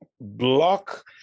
block